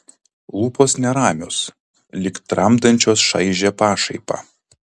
lūpos neramios lyg tramdančios šaižią pašaipą